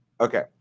Okay